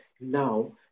now